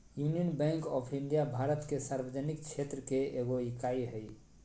union Bank of India भारत के सार्वजनिक क्षेत्र के एगो इकाई हइ